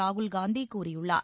ராகுல்காந்தி கூறியுள்ளார்